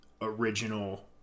original